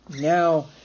Now